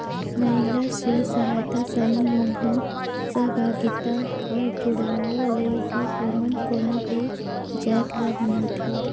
महिला स्व सहायता समूह मन ह सहभागिता अउ जुड़ाव ले ही ओमन कोनो भी जाएत ल बनाथे